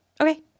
Okay